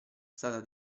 stata